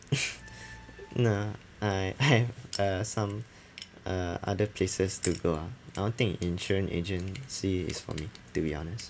nah I have uh some uh other places to go ah I don't think an insurance agency is for me to be honest